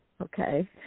Okay